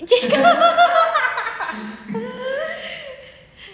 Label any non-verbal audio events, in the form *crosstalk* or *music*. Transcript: *laughs*